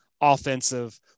offensive